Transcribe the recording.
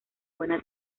buena